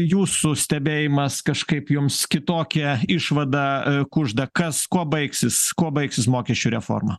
jūsų stebėjimas kažkaip jums kitokią išvadą kužda kas kuo baigsis kuo baigsis mokesčių reforma